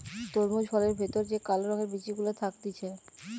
তরমুজ ফলের ভেতর যে কালো রঙের বিচি গুলা থাকতিছে